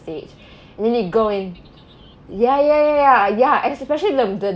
stage and then you go in ya ya ya ya ya especially the the